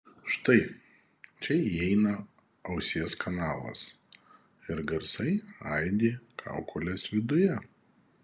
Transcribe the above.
štai čia įeina ausies kanalas ir garsai aidi kaukolės viduje